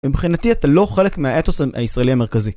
ומבחינתי אתה לא חלק מהאתוס הישראלי המרכזי